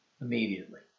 immediately